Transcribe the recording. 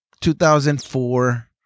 2004